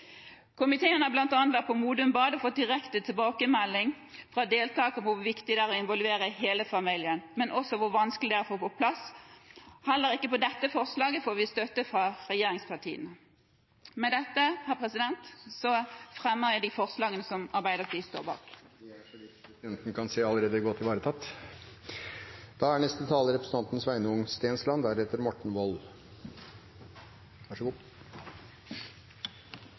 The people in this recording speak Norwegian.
Komiteen har bl.a. vært på Modum Bad og fått direkte tilbakemelding fra deltakere der om hvor viktig det er å involvere hele familien, men også hvor vanskelig det er å få på plass. Heller ikke til dette forslaget får vi støtte fra regjeringspartiene. Høyre er enig i at en må forebygge for å redusere alkoholrelaterte skader. Forslagsstillerne viser selv til det gledelige faktum at omfanget av rusmiddelbruk blant ungdom de